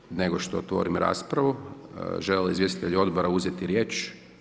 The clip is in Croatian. Prije nego što otvorim raspravu, žele li izvjestitelji odbora uzeti riječ?